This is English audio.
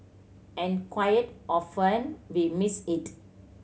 and quiet often we missed it